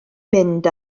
mynd